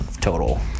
total